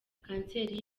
kanseri